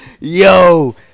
Yo